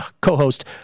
co-host